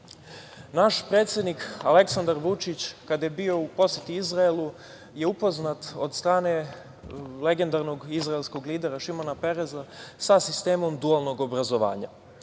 predsednik Aleksandar Vučić kada je bio u poseti Izraelu je upoznat od strane legendarnog izraelskog lidera Šimana Pereza sa sistemom dualnog obrazovanja.